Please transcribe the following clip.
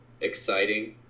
exciting